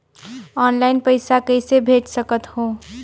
Online पइसा कइसे भेज सकत हो?